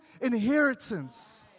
inheritance